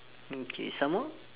mm K some more